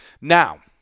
Now